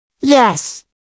Yes